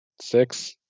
six